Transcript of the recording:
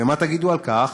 ומה תגידו על כך?